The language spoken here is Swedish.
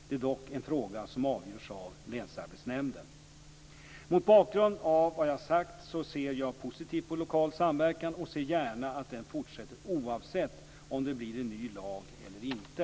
Det är dock en fråga som avgörs av länsarbetsnämnden. Mot bakgrund av vad jag sagt ser jag positivt på lokal samverkan och ser gärna att den fortsätter, oavsett om det blir en ny lag eller inte.